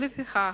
לפיכך,